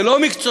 זה לא מקצוע,